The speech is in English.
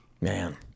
Man